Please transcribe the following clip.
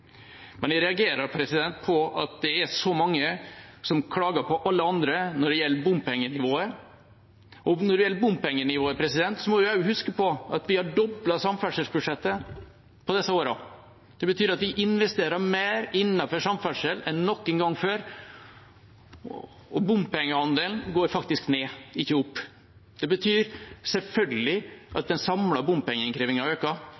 Jeg reagerer på at så mange klager på alle andre når det gjelder bompengenivået. Når det gjelder bompengenivået, må vi også huske at vi har doblet samferdselsbudsjettet på disse årene. Det betyr at vi investerer mer innenfor samferdsel enn noen gang før, og bompengeandelen går faktisk ned, ikke opp. Det betyr selvfølgelig at den samlede bompengeinnkrevingen øker,